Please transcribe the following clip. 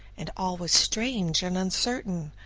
and all was strange and uncertain.